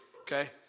okay